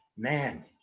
Man